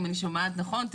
אם אני שומעת נכון,